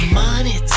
money